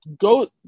go